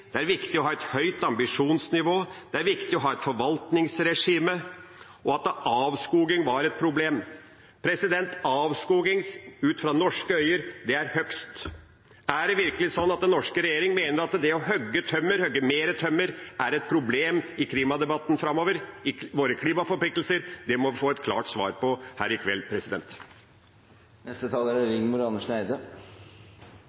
regneregler er viktig, at det er viktig å ha et høyt ambisjonsnivå, at det er viktig å ha et forvaltningsregime, og at avskoging er et problem. Avskoging sett med norske øyne er hogst. Er det virkelig slik at den norske regjeringa mener at det å hogge mer tømmer er et problem i klimadebatten framover, i våre klimaforpliktelser? Det må vi få et klart svar på